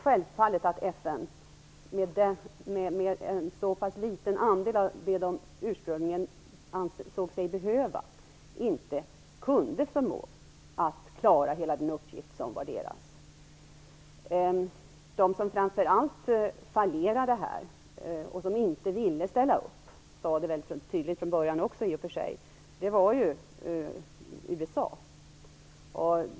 Självfallet kunde inte FN med en så liten andel av det man ursprungligen ansåg sig behöva klara hela den uppgift som man ålagts. Det land som framför allt fallerade här och som inte ville ställa upp, det sade man i och för sig också tydligt från början, var USA.